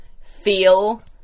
feel